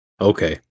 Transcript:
Okay